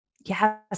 Yes